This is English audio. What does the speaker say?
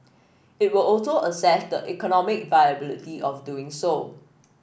it will also assess the economic viability of doing so